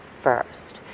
first